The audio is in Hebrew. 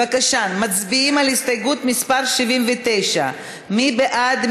בבקשה, מצביעים על הסתייגות מס' 79. מי בעד?